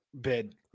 bid